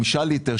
של חמישה ליטר,